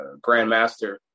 grandmaster